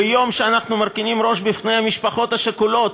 ביום שאנחנו מרכינים ראש בפני המשפחות השכולות